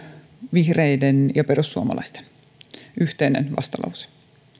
vihreät ja perussuomalaiset yhteinen vastalause